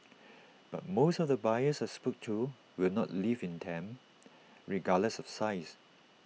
but most of the buyers I spoke to will not live in them regardless of size